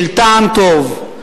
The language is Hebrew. של טעם טוב,